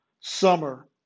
summer